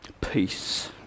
Peace